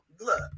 look